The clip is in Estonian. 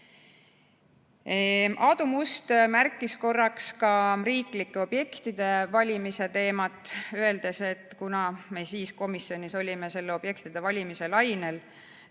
Aadu Must märkis korraks ka riiklike objektide valimise teemat, öeldes, et kuna me komisjonis olime nende objektide valimise lainel,